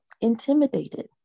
intimidated